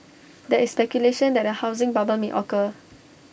there is speculation that A housing bubble may occur